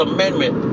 Amendment